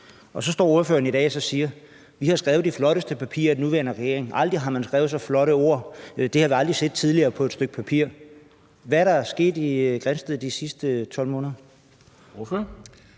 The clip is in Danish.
Og så står ordføreren i dag og siger, at de har skrevet det flotteste papir i den nuværende regering, aldrig har man skrevet så flotte ord, det har vi aldrig set før på et stykke papir. Hvad er der sket i Grindsted de sidste 12 måneder?